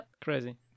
Crazy